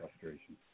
frustration